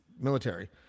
military